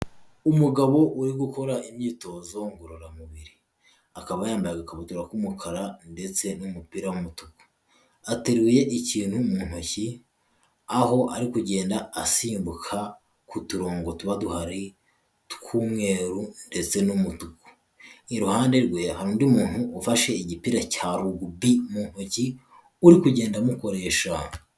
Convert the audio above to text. Umugabo uri gukora imyitozo ngororamubiri, akaba yambaye agakabutura k'umukara ndetse n'umupira w'umutuku, ateruye ikintu mu ntoki aho ari kugenda asimbuka ku turongo tuba duhari tw'umweru ndetse n'umutuku, iruhande rwe hari undi muntu ufashe igipira cya Rugby mu ntoki uri kugenda amukoresha.